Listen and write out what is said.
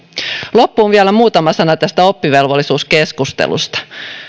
loppuun vielä muutama sana tästä oppivelvollisuuskeskustelusta